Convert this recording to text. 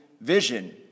vision